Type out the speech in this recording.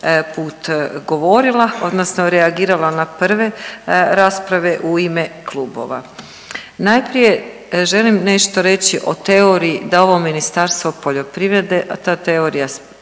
put govorila odnosno reagirala na prve rasprave u ime klubova. Najprije želim nešto reći o teoriji da ovo Ministarstvo poljoprivrede, a ta teorija,